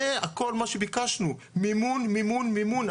זה כל מה שביקשנו, מימון, מימון, מימון.